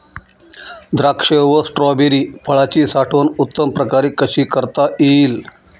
द्राक्ष व स्ट्रॉबेरी फळाची साठवण उत्तम प्रकारे कशी करता येईल?